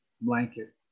blanket